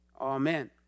Amen